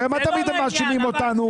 הרי מה תמיד הם מאשימים אותנו?